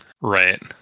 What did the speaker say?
Right